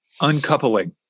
uncoupling